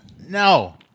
No